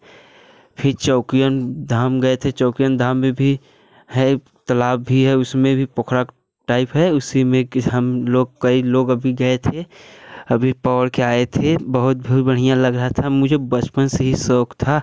फिर चौकियन धाम गए थे चौकियन धाम में भी हेल्प तलाव भी है उसमें भी पोखरा टाइप है उसी किस हम लोग कई लोग अभी गए थे अभी दौड़ कर आए थे बहुत ही बढ़िया लग रहा था मुझे बचपन से ही शौक था